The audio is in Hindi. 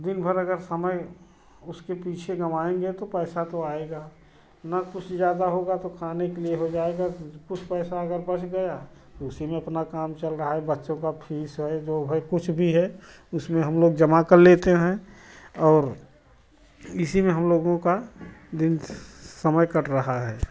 दिनभर अगर समय उसके पीछे गवाएँगे तो पैसा तो आएगा ना कुछ ज्यादा होगा तो खाने के लिए हो जाएगा कि कुछ पैसा अगर बच गया तो उसी में अपना काम चल रहा है बच्चों का फीस है जो है कुछ भी है उसमें हम लोग जमा कर लेते हैं और इसी में हम लोगों का दिन समय कट रहा है